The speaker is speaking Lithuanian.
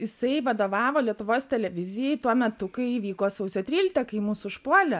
jisai vadovavo lietuvos televizijai tuo metu kai įvyko sausio trylikta kai mus užpuolė